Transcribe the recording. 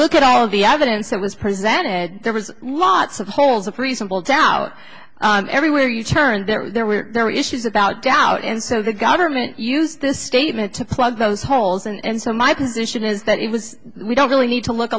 look at all the evidence that was presented there was lots of holes of reasonable doubt everywhere you turned there were there were issues about doubt and so the government used this statement to plug those holes and so my position is that it was we don't really need to look